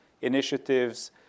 initiatives